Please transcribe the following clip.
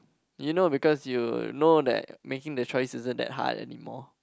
you know because you know that making the choice isn't that hard anymore